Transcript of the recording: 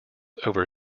over